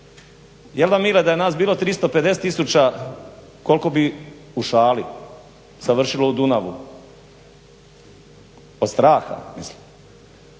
jel da Mile da je nas bilo 350 tisuća koliko bi, u šali, završilo u Dunavu, od straha mislim.